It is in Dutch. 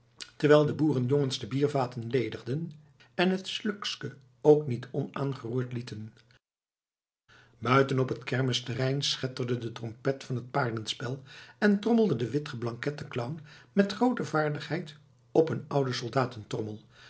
terwijl de boerenjongens de biervaten ledigden en het slukske ook niet onaangeroerd lieten buiten op het kermisterrein schetterde de trompet van t paardenspel en trommelde de witgeblanklette clown met groote vaardigheid op een ouden